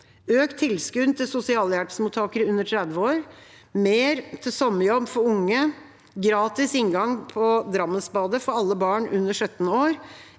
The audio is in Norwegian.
økt tilskudd til sosialhjelpsmottakere under 30 år, mer til sommerjobb for unge, gratis inngang på Drammensbadet for alle barn under 17 år,